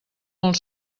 molt